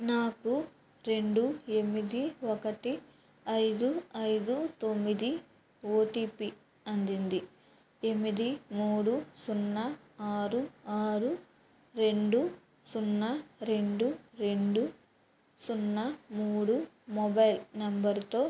నాకు రెండు ఎనిమిది ఒకటి ఐదు ఐదు తొమ్మిది ఓటిపి అందింది ఎనిమిది మూడు సున్న ఆరు ఆరు రెండు సున్న రెండు రెండు సున్న మూడు మొబైల్ నంబరుతో